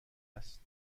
است